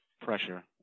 pressure